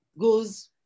goes